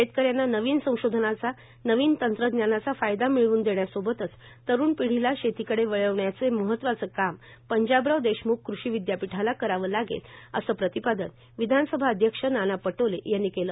शेतकऱ्यांना नवीन संशोधनाचा नवीन तंत्रज्ञानाचा फायदा मिळवून देण्यासोबतच तरुण पिढीला शेतीकडे वळवण्याचे महत्वाचे काम पंजाबराव देशमुख कृषी विदयापीठाला करावं लागेल असे प्रतिपादन विधानसभा अध्यक्ष नाना पटोले यांनी केले